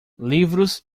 livros